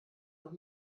noch